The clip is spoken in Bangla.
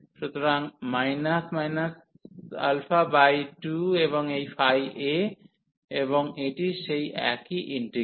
সুতরাং বাই 2 এবং এই a এবং এটি সেই একই ইন্টিগ্রাল